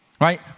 Right